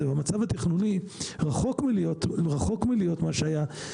והמצב התכנוני רחוק מלהיות מה שהיה.